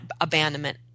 abandonment